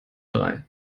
drei